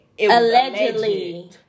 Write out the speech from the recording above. Allegedly